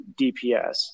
DPS